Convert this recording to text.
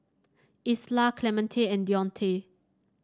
Isla Clemente and Dionte